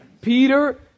peter